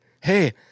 hey